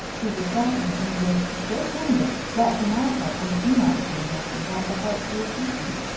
he besought her, in a voice so tender, that for my part i do not see how she had the heart to refuse him.